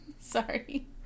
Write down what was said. Sorry